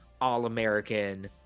all-american